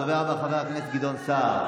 הדובר הבא, חבר הכנסת גדעון סער.